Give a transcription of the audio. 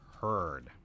heard